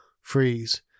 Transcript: freeze